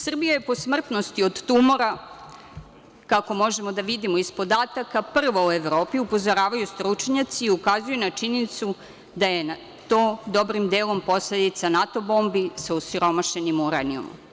Srbija je po smrtnosti od tumora, kako možemo da vidimo iz podataka, prva u Evropi, upozoravaju stručnjaci i ukazuju na činjenicu da je to dobrim delom posledica NATO bombi sa osiromašenim uranijumom.